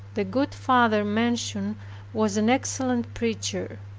the good father mentioned was an excellent preacher.